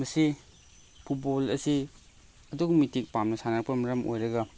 ꯃꯁꯤ ꯐꯨꯠꯕꯣꯜ ꯑꯁꯤ ꯑꯗꯨꯛꯀꯤ ꯃꯇꯤꯛ ꯄꯥꯝꯅ ꯁꯥꯟꯅꯔꯛꯄꯅ ꯃꯔꯝ ꯑꯣꯏꯔꯒ